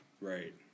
Right